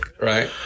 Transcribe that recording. Right